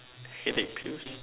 headache pills